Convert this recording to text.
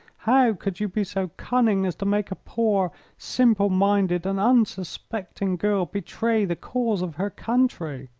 how could you be so cunning as to make a poor, simple-minded, and unsuspecting girl betray the cause of her country?